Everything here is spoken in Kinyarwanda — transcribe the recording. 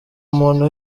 muntu